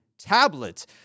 tablet